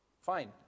Fine